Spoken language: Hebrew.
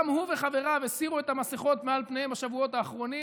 גם הוא וחבריו הסירו את המסכות מעל פניהם בשבועות האחרונים,